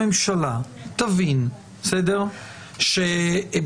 הממשלה תבין שבגלל